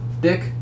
Dick